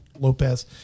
lopez